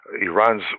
Iran's